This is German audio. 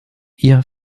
ihr